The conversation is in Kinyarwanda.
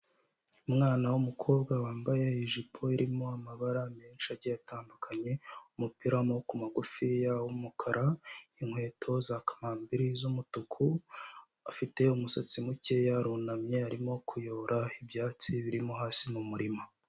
Umwana w'umukobwa wambaye ijipo irimo amabara menshi agiye atandukanye, umupira w'amaboko magufiya w'umukara, inkweto za kamambiri z'umutuku, afite umusatsi mukeya, arunamye arimo kuyora ibyatsi birimo hasi mu murima.